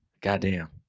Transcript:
goddamn